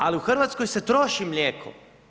Ali u Hrvatskoj se troši mlijeko.